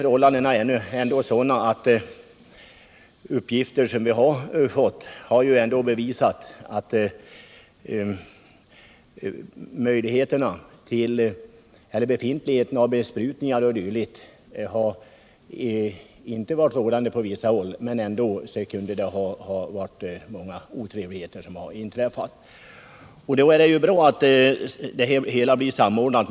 Förhållandena är ju sådana, vilket uppgifter som vi fått bevisar, att besprutningar 0. d. inte har förekommit på vissa platser, men ändå kunde många otrevligheter inträffa. Då är det bra att utredningarna samordnas.